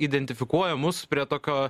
identifikuoja mus prie tokio